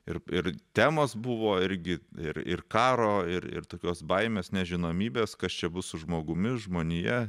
ir ir temos buvo irgi ir ir karo ir ir tokios baimės nežinomybės kas čia bus su žmogumi žmonija